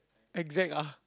exact ah